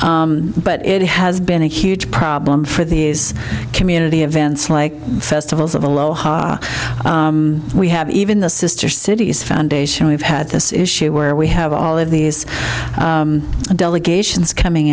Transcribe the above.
but it has been a huge problem for these community events like festivals of aloha we have even the sister cities foundation we've had this issue where we have all of these delegations coming